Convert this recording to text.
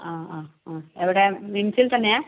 ആ ആ ആ എവിടെ മിംസിൽ തന്നെയാണോ